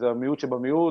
שזה המיעוט שבמיעוט.